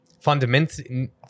Fundamentally